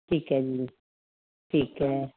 ਠੀਕ ਹੈ ਜੀ ਠੀਕ ਹੈ